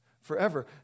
forever